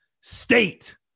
state